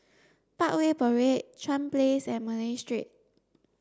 Parkway Parade Chuan Place and Malay Street